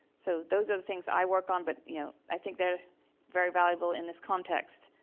so those are the things i work on, but, you know, i think they're very valuable in this context.